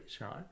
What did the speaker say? right